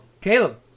Caleb